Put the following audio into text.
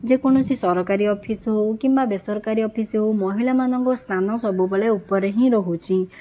ଯେ କୌଣସି ସରକାରୀ ଅଫିସ ହେଉ କିମ୍ବା ବେସରକାରୀ ଅଫିସ ହେଉ ମହିଳାମାନଙ୍କ ସ୍ଥାନ ସବୁବେଳେ ଉପରେ ହିଁ ରହୁଛି